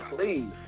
Please